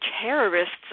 terrorists